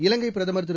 இலங்கை பிரதமர் திரு